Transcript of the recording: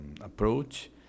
approach